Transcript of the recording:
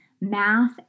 math